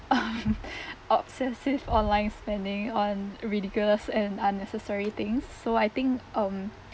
obsessive online spending on ridiculous and unnecessary things so I think um